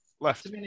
Left